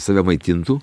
save maitintų